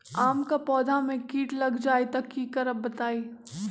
आम क पौधा म कीट लग जई त की करब बताई?